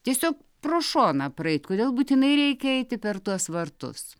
tiesiog pro šoną praeiti kodėl būtinai reikia eiti per tuos vartus